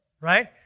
right